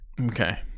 Okay